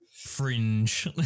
Fringe